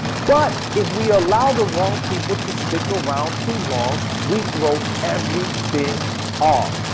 but if we allow the wrong people to stick around too long we throw everything off.